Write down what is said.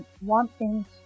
One-inch